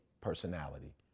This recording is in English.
personality